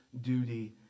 duty